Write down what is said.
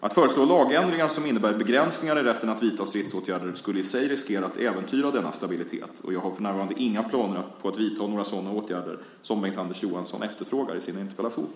Att föreslå lagändringar som innebär begränsningar i rätten att vidta stridsåtgärder skulle i sig riskera att äventyra denna stabilitet. Jag har för närvarande inga planer på att vidta några sådana åtgärder som Bengt-Anders Johansson efterfrågar i interpellationen.